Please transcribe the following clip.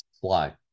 fly